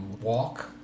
walk